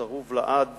וצרוב לעד